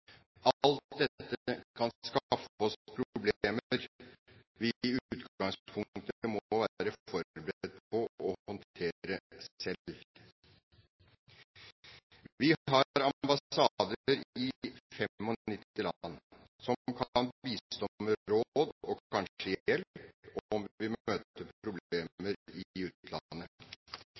Alt dette kan skaffe oss problemer vi i utgangspunktet må være forberedt på å håndtere selv. Vi har ambassader i 95 land som kan bistå med råd og kanskje hjelp om vi møter problemer i